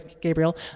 Gabriel